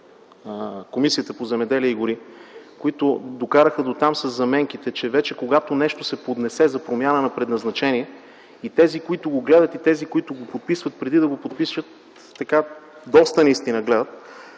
Комисията по земеделие и гори, които докараха дотам със заменките, че вече, когато нещо се поднесе за промяна на предназначението, тези, които го гледат, и тези, които подписват, преди да подпишат доста гледат